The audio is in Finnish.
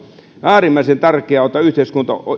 äärimmäisen tärkeää on että yhteiskunta